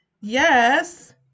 yes